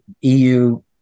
EU